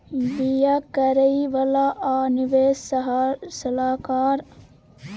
बीमा करइ बला आ निवेश सलाहकार अखनी संस्थागत निवेशक के रूप में काम करइ छै